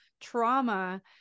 trauma